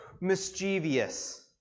mischievous